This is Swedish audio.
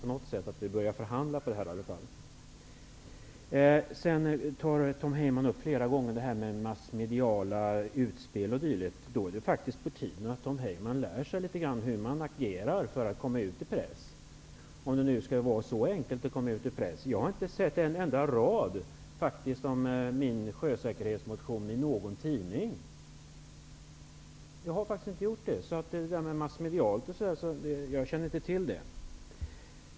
Vi kommer kanske i alla fall att börja förhandla om det. Tom Heyman tar flera gånger upp frågan om massmediala utspel o.d. Om det nu skall vara så enkelt att komma ut i pressen är det på tiden att Tom Heyman lär sig hur man agerar för att göra det. Jag har inte sett en enda rad om min sjösäkerhetsmotion i någon tidning. Jag känner inte till att det skulle röra sig om massmediala utspel. Herr talman!